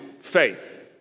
Faith